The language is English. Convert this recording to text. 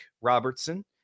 Robertson